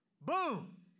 Boom